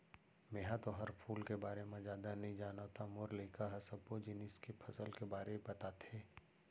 मेंहा तो फर फूल के बारे म जादा नइ जानव त मोर लइका ह सब्बो जिनिस के फसल के बारे बताथे